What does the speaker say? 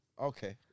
Okay